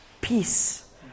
peace